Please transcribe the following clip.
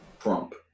Trump